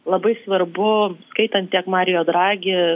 labai svarbu skaitant tiek mario dragi